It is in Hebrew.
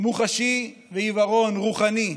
מוחשי ועיוורון רוחני.